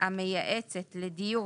המייעצת לדיור,